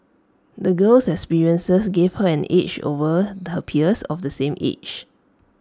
the girl's experiences gave her an edge over her peers of the same age